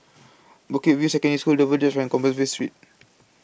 Bukit View Secondary School Dover Drive and Compassvale Street